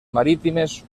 marítimes